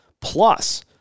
Plus